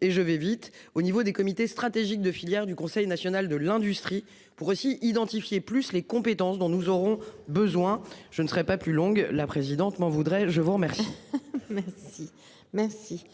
et je vais vite au niveau des comités stratégiques de filière du Conseil national de l'industrie pour aussi identifié plus les compétences dont nous aurons besoin. Je ne serai pas plus longue, la présidente m'en voudrais je vous remercie. Merci, merci,